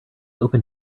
open